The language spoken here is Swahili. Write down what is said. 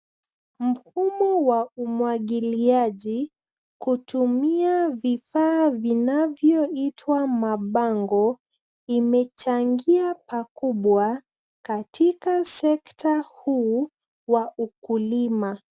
Mfumo wa umwagiliaji, kutumia vifaa vinavyotumia mabango, imechangia pakubwa katika sekta huu wa ukulima.